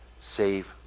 Save